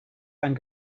and